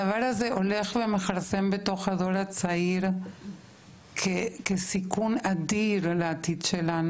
הדבר הזה הולך ומכרסם בתוך הדור הצעיר כסיכון אדיר על העתיד שלנו.